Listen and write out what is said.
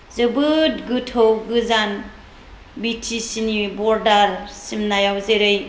जोबोद गोथौ गोजान बिटिसि नि बर्दार सिमनायाव जेरै